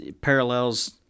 parallels